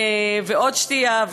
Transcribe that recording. ועוד שתייה,